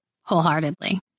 wholeheartedly